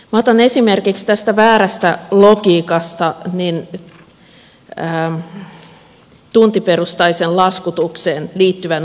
otan esimerkiksi tästä väärästä logiikasta tuntiperusteiseen laskutukseen liittyvän uudistuksen